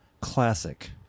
classic